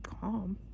calm